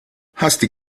hasty